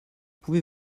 pouvez